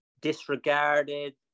disregarded